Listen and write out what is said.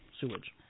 sewage